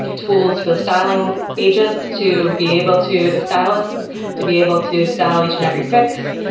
tools for the styling agents to be able to the stylists to be able to style each and every fix.